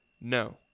No